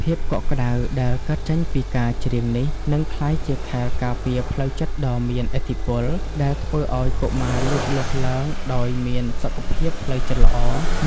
ភាពកក់ក្តៅដែលកើតចេញពីការច្រៀងនេះ នឹងក្លាយជាខែលការពារផ្លូវចិត្តដ៏មានឥទ្ធិពល ដែលធ្វើឱ្យកុមារលូតលាស់ឡើងដោយមានសុខភាពផ្លូវចិត្តល្អ